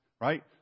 right